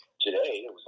today